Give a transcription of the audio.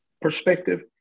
perspective